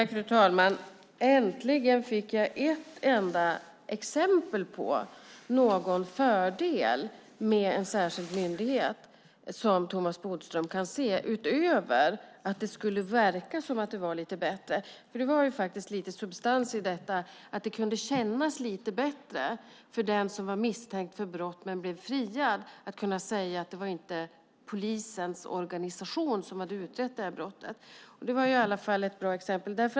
Fru talman! Äntligen fick jag ett enda exempel på någon fördel som Thomas Bodström kan se med en särskild myndighet, utöver att det skulle verka som att det var lite bättre. Det var faktiskt lite substans i detta att det kunde kännas lite bättre för den som varit misstänkt för brott men blivit friad att kunna säga att det inte var polisens organisation som utredde brottet. Det var i alla fall ett bra exempel.